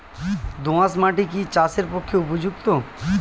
দোআঁশ মাটি কি চাষের পক্ষে উপযুক্ত?